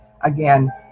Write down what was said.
Again